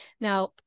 Now